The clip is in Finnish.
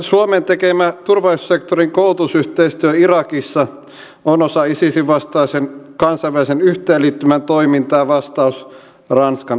suomen tekemä turvallisuussektorin koulutusyhteistyö irakissa on osa isisin vastaisen kansainvälisen yhteenliittymän toimintaa vastaus ranskan avunpyyntöön